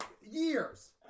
years